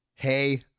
Hey